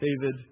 David